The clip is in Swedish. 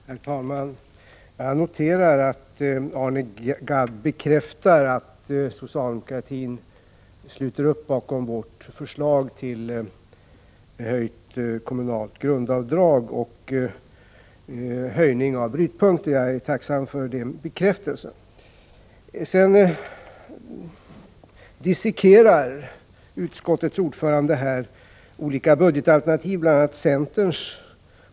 Herr talman! Jag noterar att Arne Gadd bekräftar att socialdemokratin sluter upp bakom vårt förslag till höjning av det kommunala grundavdraget och till höjning av brytpunkten i inkomstskatteskalorna. Jag är tacksam för den bekräftelsen. Vidare dissekerar utskottets ordförande olika budgetalternativ, bl.a. centerns.